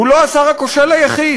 הוא לא השר הכושל היחיד.